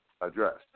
addressed